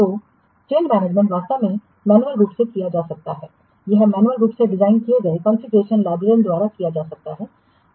तो change management वास्तव में मैन्युअल रूप से किया जा सकता है यह मैन्युअल रूप से डिज़ाइन किए गए कॉन्फ़िगरेशन लाइब्रेरियन द्वारा किया जा सकता है